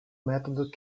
method